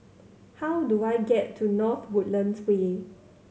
how do I get to North Woodlands Way